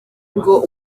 ngo